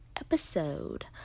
episode